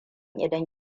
idan